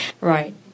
Right